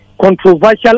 controversial